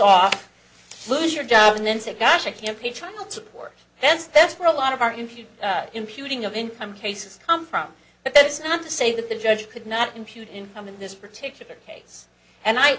off lose your job and then say gosh i can't pay child support that's that's where a lot of our in imputing of income cases come from but that's not to say that the judge could not imputed income in this particular case and i